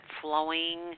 flowing